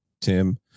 Tim